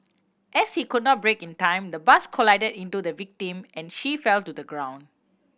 as he could not brake in time the bus collided into the victim and she fell to the ground